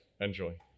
enjoy